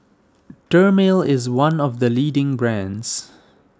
Dermale is one of the leading brands